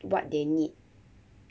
what they need